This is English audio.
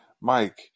Mike